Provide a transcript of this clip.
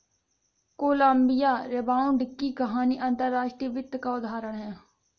Colombia rebound की कहानी अंतर्राष्ट्रीय वित्त का उदाहरण है